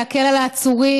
להקל על העצורים,